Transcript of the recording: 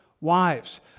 Wives